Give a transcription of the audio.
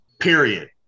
period